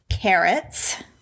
carrots